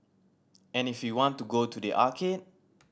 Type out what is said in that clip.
and if you want to go to the arcade